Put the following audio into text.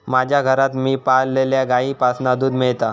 माज्या घरात मी पाळलल्या गाईंपासना दूध मेळता